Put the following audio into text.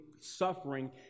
suffering